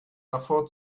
davor